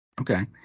okay